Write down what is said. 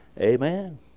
Amen